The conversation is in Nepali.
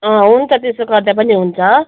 हुन्छ त्यसो गर्दा पनि हुन्छ